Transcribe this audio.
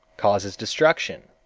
causes destruction.